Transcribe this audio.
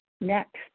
Next